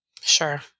Sure